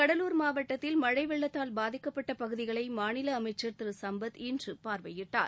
கடலூர் மாவட்டத்தில் மழை வெள்ளத்தால் பாதிக்கப்பட்ட பகுதிகளை மாநில அமைச்சர் திரு சம்பத் இன்று பார்வையிட்டார்